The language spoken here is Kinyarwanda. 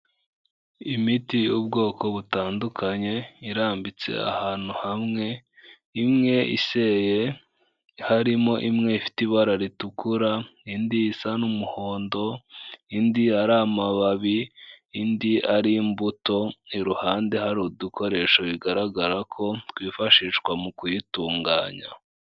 Imiti y'ubwoko butandukanye irambitse ahantu hamwe, imwe iseye, harimo imwe ifite ibara ritukura, indi isa n'umuhondo, indi ari amababi, indi ari imbuto, iruhande hari udukoresho bigaragara ko twifashishwa mu kuyitunganya.